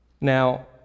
Now